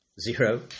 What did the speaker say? Zero